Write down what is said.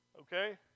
okay